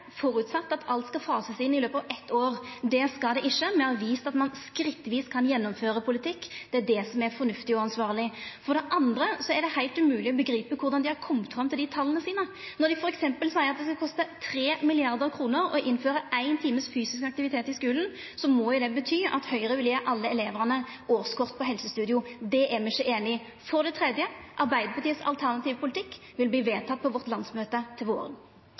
med at alt skal fasast inn i løpet av eitt år. Det skal det ikkje. Me har vist at ein skrittvis kan gjennomføra politikk, det er det som er fornuftig og ansvarleg. For det andre er det heilt umogleg å begripa korleis dei har kome fram til dei tala sine. Når dei f.eks. seier at det skal kosta 3 mrd. kr å innføra éin times fysisk aktivitet i skulen, må jo det bety at Høgre vil gje alle elevane årskort på helsestudio – det er me ikkje einig i. For det tredje: Arbeidarpartiets alternative politikk vil verte vedteken på vårt landsmøte til våren.